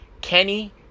Kenny